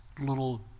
little